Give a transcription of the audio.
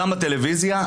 גם בטלוויזיה,